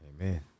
Amen